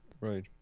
Right